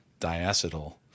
diacetyl